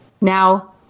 Now